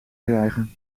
krijgen